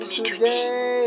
today